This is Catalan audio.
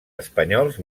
espanyols